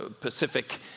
Pacific